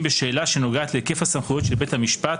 בשאלה שנוגעת להיקף הסמכויות של בית המשפט,